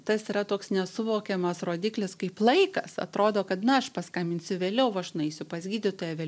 tas yra toks nesuvokiamas rodiklis kaip laikas atrodo kad na aš paskambinsiu vėliau aš nueisiu pas gydytoją vėl